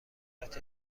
قدرت